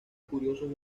curiosos